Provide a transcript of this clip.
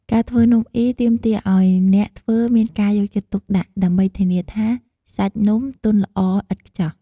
ការធ្វើនំអុីទាមទារឱ្យអ្នកធ្វើមានការយកចិត្តទុកដាក់ ដើម្បីធានាថាសាច់នំទន់ល្អឥតខ្ចោះ។